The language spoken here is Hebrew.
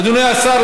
אדוני השר,